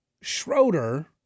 Schroeder